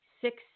six